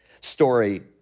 story